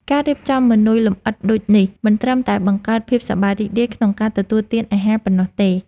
ការរៀបចំម៉ឺនុយលម្អិតដូចនេះ មិនត្រឹមតែបង្កើតភាពសប្បាយរីករាយក្នុងការទទួលទានអាហារប៉ុណ្ណោះទេ។